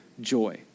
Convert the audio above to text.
joy